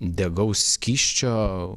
degaus skysčio